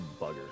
Bugger